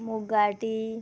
मुगा गाटी